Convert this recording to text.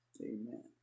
amen